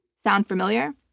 sound familiar?